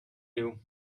you